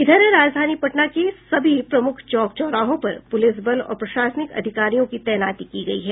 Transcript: इधर राजधानी पटना के सभी प्रमुख चौक चौराहों पर पुलिस बल और प्रशासनिक अधिकारियों की तैनाती की गयी है